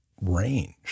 range